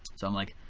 so i'm like,